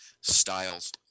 Styles